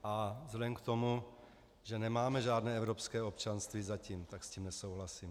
A vzhledem k tomu, že nemáme žádné evropské občanství zatím, tak s tím nesouhlasím.